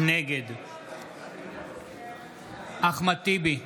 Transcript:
נגד אחמד טיבי,